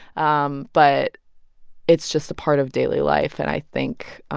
um but it's just a part of daily life. and i think